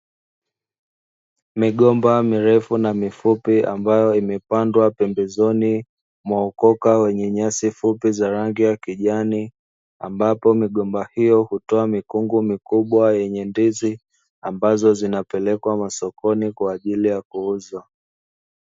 Migomba mirefu na mifupi ambayo imepandwa pembezoni mwa ukoka wenye nyasi fupi za rangi ya kijani, ambapo migomba hiyo hutoa mikungu mikubwa yenye ndizi ambazo zinapelekwa masokoni kwa ajili ya kuuzwa.